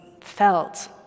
felt